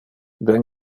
ben